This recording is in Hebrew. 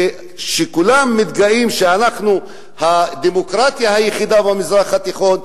כולם מתגאים שאנחנו הדמוקרטיה היחידה במזרח התיכון,